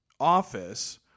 Office